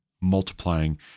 multiplying